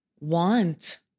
want